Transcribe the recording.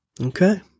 Okay